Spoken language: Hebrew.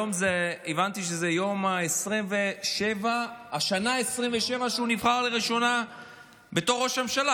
הבנתי שהיום יום השנה ה-27 לבחירה שלו לראשונה בתור ראש ממשלה.